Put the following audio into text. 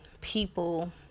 people